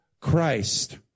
Christ